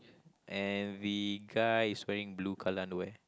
and the guy is wearing blue color underwear